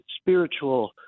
spiritual